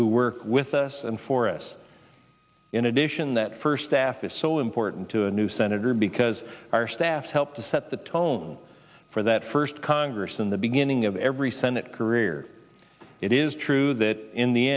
who work with us and for us in addition that first staff is so important to a new senator because our staff helped to set the tone for that first congress in the beginning of every senate career it is true that in the